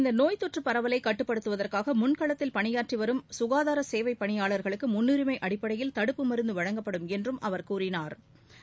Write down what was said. இந்த நோய் தொற்று பரவலை கட்டுப்படுத்துவதற்காக முன்களத்தில் பணியாற்றி வரும் சுகாதார சேவை பணிபாளர்களுக்கு முன்னுரிமை அடிப்படையில் தடுப்பு மருந்து வழங்கப்படும் என்றும் அவர் கூறினா்